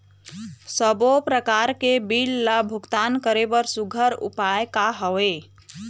सबों प्रकार के बिल ला भुगतान करे बर सुघ्घर उपाय का हा वे?